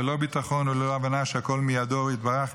ללא ביטחון וללא הבנה שהכול מידו יתברך,